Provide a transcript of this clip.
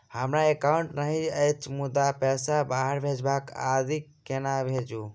हमरा एकाउन्ट नहि अछि मुदा पैसा बाहर भेजबाक आदि केना भेजू?